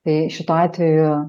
tai šituo atveju